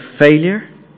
failure